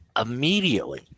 immediately